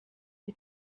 die